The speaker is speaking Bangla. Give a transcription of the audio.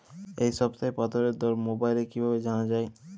এই সপ্তাহের পটলের দর মোবাইলে কিভাবে জানা যায়?